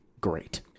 Great